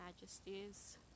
majesties